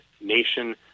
nation